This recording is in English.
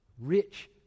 Rich